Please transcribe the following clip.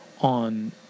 on